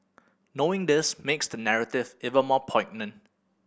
knowing this makes the narrative even more poignant